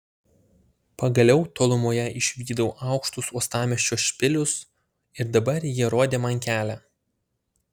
pagaliau tolumoje išvydau aukštus uostamiesčio špilius ir dabar jie rodė man kelią